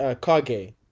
kage